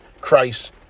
Christ